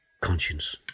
conscience